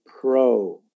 pro